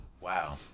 Wow